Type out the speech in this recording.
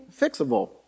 fixable